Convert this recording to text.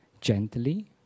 gently